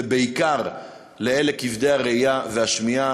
ובעיקר לאלה כבדי הראייה והשמיעה,